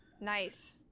Nice